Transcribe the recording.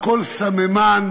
שמענו